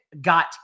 got